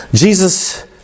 Jesus